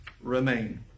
remain